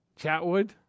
Chatwood